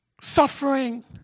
suffering